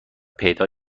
پیدا